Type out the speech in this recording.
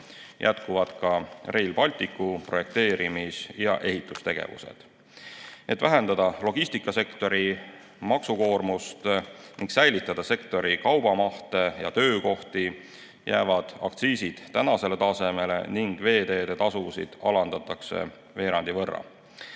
Jätkuvad ka Rail Balticu projekteerimis- ja ehitustegevused. Et vähendada logistikasektori maksukoormust ning säilitada sektori kaubamahte ja töökohti, jäävad aktsiisid tänasele tasemele. Veeteetasusid alandatakse veerandi võrra.